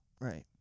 Right